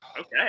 Okay